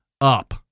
up